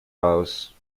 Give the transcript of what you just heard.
house